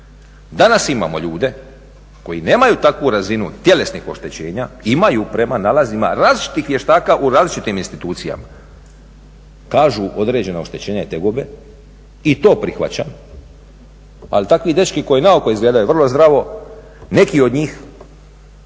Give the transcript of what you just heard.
danas imamo ljude koji nemaju takvu razinu tjelesnih oštećenja, imaju prema nalazima različitih vještaka u različitim institucijama, kažu određena oštećenja i tegobe i to prihvaćam, ali takvi dečki koji naoko izgledaju vrlo zdravo neki od njih,